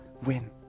Win